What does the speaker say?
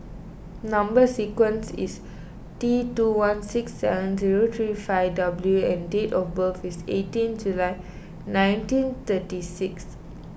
Number Sequence is T two one six seven zero three five W and date of birth is eighteen July nineteen thirty six